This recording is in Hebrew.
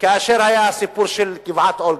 כאשר היה הסיפור של גבעת-אולגה,